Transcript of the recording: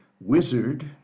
wizard